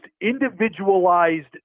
individualized